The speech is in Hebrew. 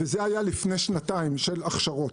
וזה היה לפני שנתיים של הכשרות.